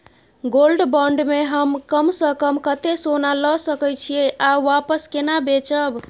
Gold bond म हम कम स कम कत्ते सोना ल सके छिए आ वापस केना बेचब?